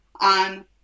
on